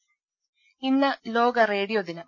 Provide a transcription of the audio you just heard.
രുമ ഇന്ന് ലോക റേഡിയോ ദിനം